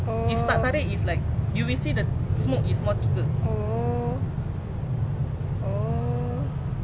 oh oh oh